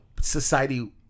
society